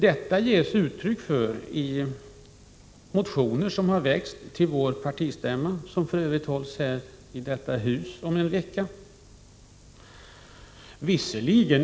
Detta ges uttryck i motioner som har väckts till vår partistämma, som f.ö. hålls i detta hus nästa vecka.